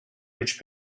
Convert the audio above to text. which